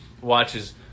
watches